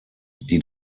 die